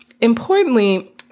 importantly